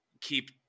keep